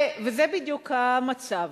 זה בדיוק המצב.